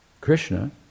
Krishna